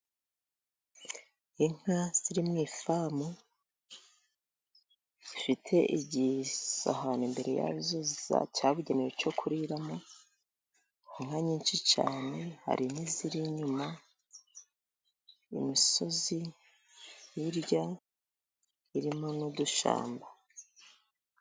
Inka ziri mu ifamu, zifite igisahani cyabugenewe imbere yazo cyo kuriramo. Inka ni nyinshi cyane, kandi hari n'iziri inyuma. Imisozi iri hirya, harimo n'udushyamba.